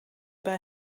bij